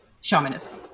Shamanism